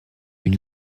une